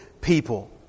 people